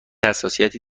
حساسیتی